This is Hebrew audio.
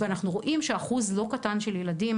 אז אנחנו רואים שאחוז לא קטן של ילדים